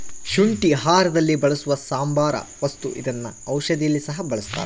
ಶುಂಠಿ ಆಹಾರದಲ್ಲಿ ಬಳಸುವ ಸಾಂಬಾರ ವಸ್ತು ಇದನ್ನ ಔಷಧಿಯಲ್ಲಿ ಸಹ ಬಳಸ್ತಾರ